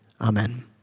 Amen